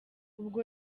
ubwo